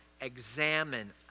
examine